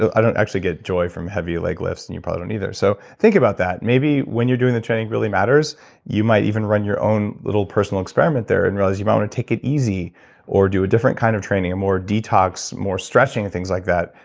i don't actually get joy from heavy leg lifts and you probably neither. so think about that, maybe when you're doing the training really matters you might even run your own little personal experiment there, and realize you but want to take it easy or do a different kind of training. a more detox, more stretching, things like that,